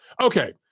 Okay